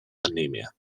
anemia